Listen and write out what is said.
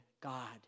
God